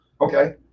Okay